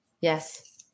yes